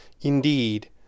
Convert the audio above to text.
Indeed